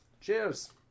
Cheers